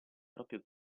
proprio